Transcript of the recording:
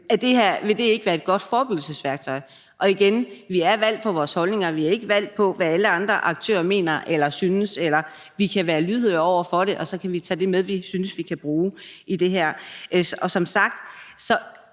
Vil det her ikke være et godt forebyggelsesværktøj? Og igen: Vi er valgt på vores holdninger; vi er ikke valgt på, hvad alle andre aktører mener eller synes. Vi kan være lydhøre over for det, og så kan vi tage det med, vi synes vi kan bruge i det her. Og som sagt var